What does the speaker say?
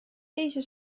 teise